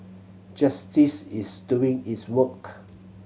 justice is doing its work